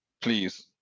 please